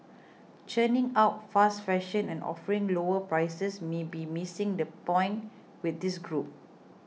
churning out fast fashion and offering lower prices may be missing the point with this group